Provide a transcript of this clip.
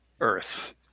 Earth